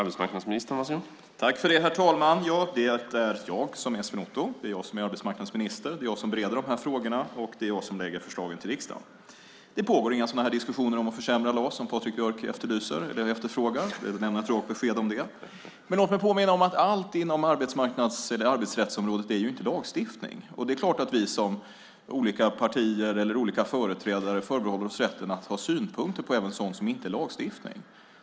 Herr talman! Det är jag som är Sven Otto. Det är jag som är arbetsmarknadsminister. Det är jag som bereder de här frågorna, och det är jag som lägger förslagen till riksdagen. Det pågår inga diskussioner om att försämra LAS, som Patrik Björck efterfrågar. Jag vill lämna ett rakt besked om det. Men låt mig påminna om att allt inom arbetsrättsområdet inte är lagstiftning. Det är klart att vi som olika partier eller olika företrädare förbehåller oss rätten att ha synpunkter även på sådant som inte är lagstiftning.